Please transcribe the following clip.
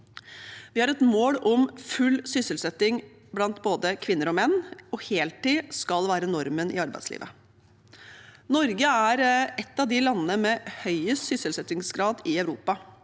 Vi har et mål om full sysselsetting blant både kvinner og menn, og heltid skal være normen i arbeidslivet. Norge er et av landene med høyest sysselsettingsgrad i Europa.